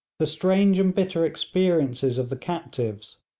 the strange and bitter experiences of the captives,